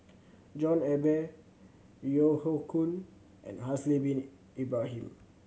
John Eber Yeo Hoe Koon and Haslir Bin Ibrahim